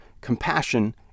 compassion